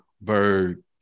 Bird